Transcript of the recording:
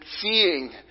seeing